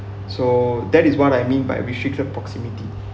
so that is what I mean by restricted proximity